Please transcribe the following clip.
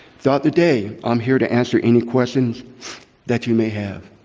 throughout the day, i'm here to answer any questions that you may have.